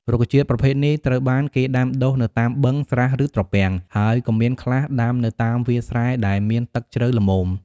រុក្ខជាតិប្រភេទនេះត្រូវបានគេដាំដុះនៅតាមបឹង ស្រះ ឬត្រពាំង ហើយក៏មានខ្លះដាំនៅតាមវាលស្រែដែលមានទឹកជ្រៅល្មម ។